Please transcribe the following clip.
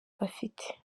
bafite